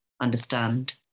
understand